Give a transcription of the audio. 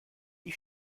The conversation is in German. die